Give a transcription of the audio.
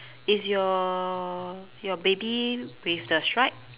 is your your baby with the strap